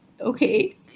okay